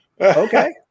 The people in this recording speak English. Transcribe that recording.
Okay